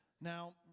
Now